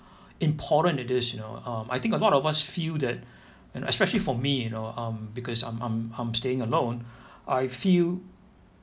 important it is you know um I think a lot of us feel that and especially for me you know um because I'm I'm I'm staying alone I feel